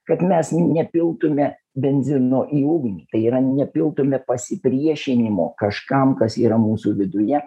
kad mes nepiltume benzino į ugnį tai yra nepiltume pasipriešinimo kažkam kas yra mūsų viduje